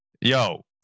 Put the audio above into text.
Yo